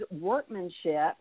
workmanship